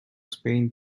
spain